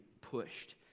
pushed